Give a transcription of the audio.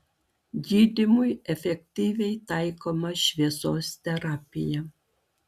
gydymui efektyviai taikoma šviesos terapija